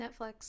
Netflix